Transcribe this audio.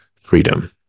freedom